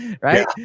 right